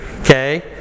Okay